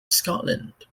scotland